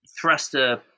thruster